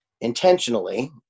intentionally